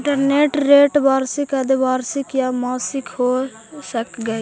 interest rate वार्षिक, अर्द्धवार्षिक या मासिक हो सकऽ हई